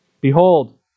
Behold